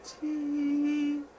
tea